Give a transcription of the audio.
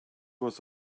was